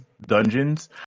Dungeons